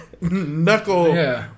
knuckle